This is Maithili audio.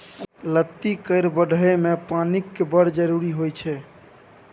लत्ती केर बढ़य मे पानिक बड़ जरुरी होइ छै